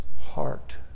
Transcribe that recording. heart